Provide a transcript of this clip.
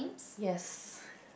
yes